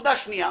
נקודה שנייה,